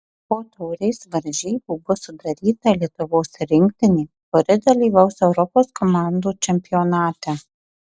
po taurės varžybų bus sudaryta lietuvos rinktinė kuri dalyvaus europos komandų čempionate